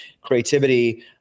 creativity